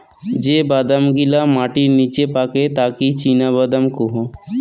যে বাদাম গিলা মাটির নিচে পাকে তাকি চীনাবাদাম কুহু